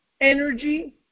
energy